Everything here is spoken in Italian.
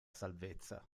salvezza